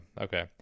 okay